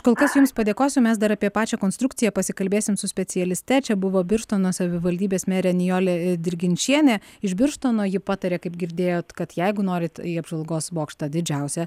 kol kas jums padėkosiu mes dar apie pačią konstrukciją pasikalbėsim su specialiste čia buvo birštono savivaldybės merė nijolė dirginčienė iš birštono ji patarė kaip girdėjot kad jeigu norit į apžvalgos bokštą didžiausią